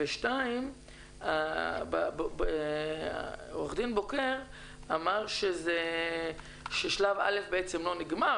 2. עורך-דין בוקר אמר ששלב א' לא נגמר